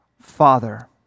Father